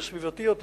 יהיה סביבתי יותר.